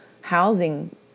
housing